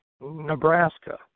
Nebraska